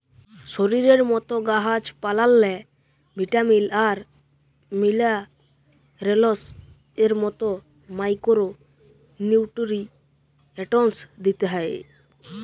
শরীরের মত গাহাচ পালাল্লে ভিটামিল আর মিলারেলস এর মত মাইকোরো নিউটিরিএন্টস দিতে হ্যয়